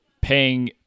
paying